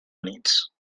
units